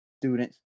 students